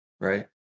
right